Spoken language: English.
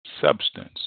substance